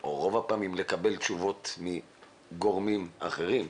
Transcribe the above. או ברוב הפעמים לקבל תשובות מגורמים אחרים.